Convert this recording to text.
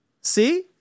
see